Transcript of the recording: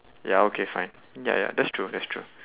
ya okay fine ya ya that's true that's true